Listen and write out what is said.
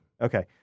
Okay